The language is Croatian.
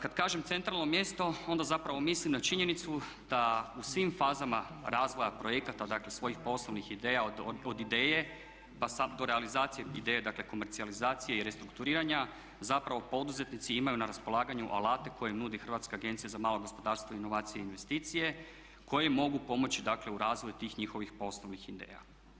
Kad kažem centralno mjesto onda zapravo mislim na činjenicu da u svim fazama razvoja projekata, dakle svojih poslovnih ideja od ideje pa sad do realizacije ideje, dakle komercijalizacije i restrukturiranja zapravo poduzetnici imaju na raspolaganju alate koje im nudi Hrvatska agencija za malo gospodarstvo, inovacije i investicije koji mogu pomoći dakle u razvoju tih njihovih poslovnih ideja.